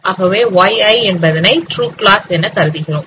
ஆகவே yi என்பதனை true class என கருதுகிறோம்